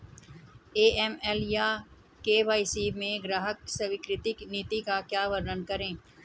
AML या KYC में ग्राहक स्वीकृति नीति का वर्णन करें?